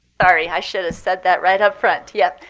sorry, i should have said that right upfront. yeah,